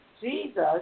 Jesus